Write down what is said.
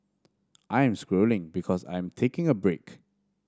I am scrolling because I am taking a break